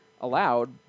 allowed